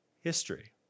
history